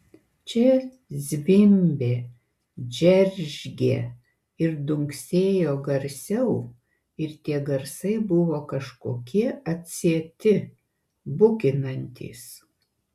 čia zvimbė džeržgė ir dunksėjo garsiau ir tie garsai buvo kažkokie atsieti bukinantys